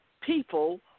people